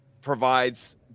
provides